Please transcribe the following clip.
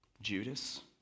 Judas